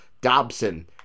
Dobson